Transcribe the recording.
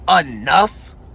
enough